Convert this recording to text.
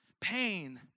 pain